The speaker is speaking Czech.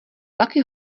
taky